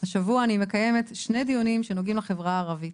השבוע אני מקיימת שני דיונים שנוגעים לחברה הערבית.